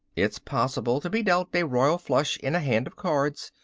it's possible to be dealt a royal flush in a hand of cards,